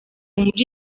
muri